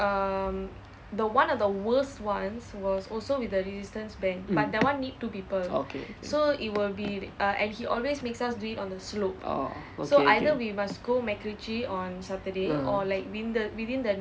mm okay okay oh okay okay mm